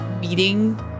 meeting